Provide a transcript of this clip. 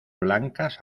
blancas